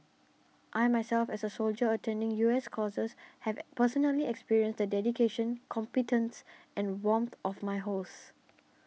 I myself as a soldier attending U S courses have personally experienced the dedication competence and warmth of my hosts